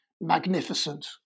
magnificent